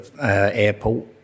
airport